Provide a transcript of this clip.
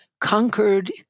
conquered